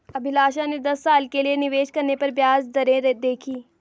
अभिलाषा ने दस साल के लिए निवेश करने पर ब्याज दरें देखी